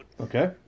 Okay